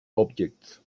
objects